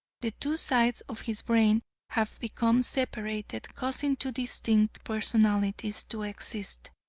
the two sides of his brain have become separated, causing two distinct personalities to exist.